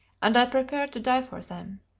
and i prepared to die for them.